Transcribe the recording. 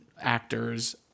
actors